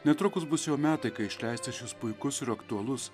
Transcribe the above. netrukus bus jau metai kai išleistas šis puikus ir aktualus